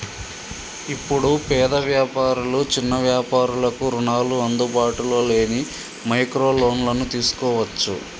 ఇప్పుడు పేద వ్యాపారులు చిన్న వ్యాపారులకు రుణాలు అందుబాటులో లేని మైక్రో లోన్లను తీసుకోవచ్చు